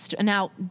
Now